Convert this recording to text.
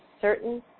certain